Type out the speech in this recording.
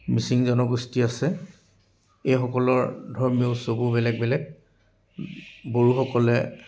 মিচিং জনগোষ্ঠী আছে এই সকলৰ ধৰ্মীয় উৎসৱো বেলেগ বেলেগ বড়োসকলে